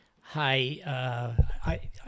Hi